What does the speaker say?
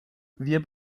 wir